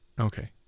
Okay